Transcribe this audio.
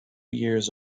years